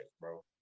bro